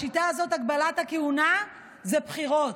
בשיטה הזאת הגבלת הכהונה זה בחירות,